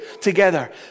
together